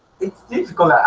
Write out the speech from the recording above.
it's difficult